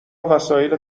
وسایل